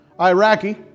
Iraqi